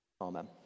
amen